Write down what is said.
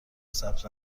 ثبت